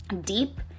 deep